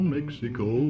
Mexico